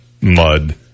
mud